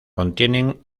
contienen